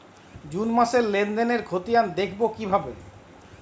June মাসের লেনদেনের খতিয়ান দেখবো কিভাবে?